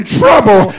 trouble